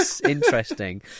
interesting